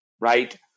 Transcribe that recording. right